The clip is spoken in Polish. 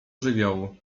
żywiołu